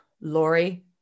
Laurie